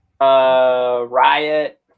Riot